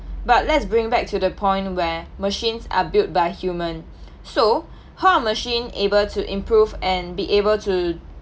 but let's bring back to the point where machines are built by human so how are machine able to improve and be able to